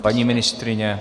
Paní ministryně?